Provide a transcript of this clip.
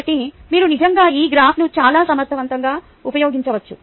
కాబట్టి మీరు నిజంగా ఈ గ్రాఫ్ను చాలా సమర్థవంతంగా ఉపయోగించవచ్చు